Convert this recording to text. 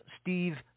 Steve